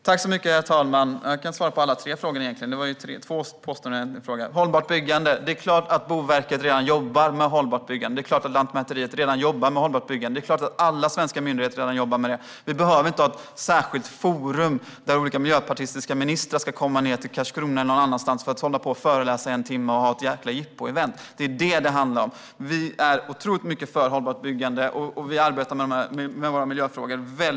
Herr talman! Jag kan svara på alla tre punkterna. Det var två påståenden och en fråga. Jag börjar med hållbart byggande. Det är klart att Boverket redan jobbar med hållbart byggande, och det är klart att Lantmäteriet redan jobbar med hållbart byggande. Det är klart att alla svenska myndigheter redan jobbar med det. Vi behöver inte ha ett särskilt forum där olika miljöpartistiska ministrar ska komma till Karlskrona eller någon annanstans för att hålla på och föreläsa i en timme och ha ett jäkla jippoevent. Det är vad det handlar om. Vi är otroligt mycket för hållbart byggande, och vi arbetar väldigt hårt med våra miljöfrågor.